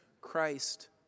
Christ